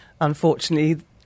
Unfortunately